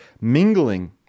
mingling